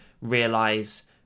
realize